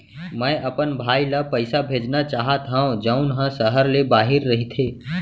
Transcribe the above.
मै अपन भाई ला पइसा भेजना चाहत हव जऊन हा सहर ले बाहिर रहीथे